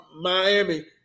Miami